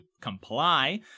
comply